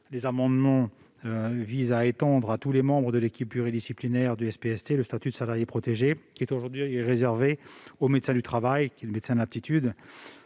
les amendements visent à étendre à tous les membres de l'équipe pluridisciplinaire du SPST le statut de salarié protégé, qui est aujourd'hui réservé au médecin du travail, médecin de l'aptitude.